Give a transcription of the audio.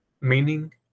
meaning